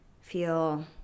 feel